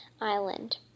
Island